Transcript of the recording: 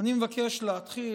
אני מבקש להתחיל,